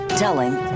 telling